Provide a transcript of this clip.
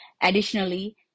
Additionally